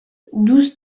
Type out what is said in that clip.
douze